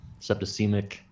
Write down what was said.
septicemic